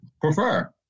Prefer